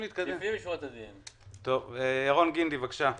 ירון גינדי, בבקשה.